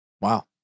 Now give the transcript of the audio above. Wow